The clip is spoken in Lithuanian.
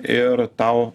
ir tau